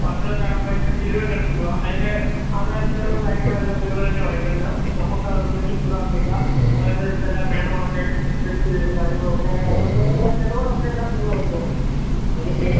പത്ത് സെൻറ് ആവുമ്പം പയറ്റിരണ്ട് ഇരുപത് ലക്ഷം രൂപ അതിൻ്റെ ആധാര ചിലവും കാര്യങ്ങളെല്ലാം നിങ്ങൾ തന്നെ വഹിക്കണം നമുക്ക് അതൊന്നും ഉത്തരവാദിത്വം ഇല്ല അതൊക്കെ എടുത്തെല്ലാം വേണ്ടുവോണം ഒക്കെ സെറ്റ് ചെയ്ത് കാര്യങ്ങളുമൊക്കെ അതിനൊക്കെ എല്ലാ ചിലവുകളൊക്കെ എല്ലാം നിങ്ങൾ വഹിച്ചോണം എനിക്ക്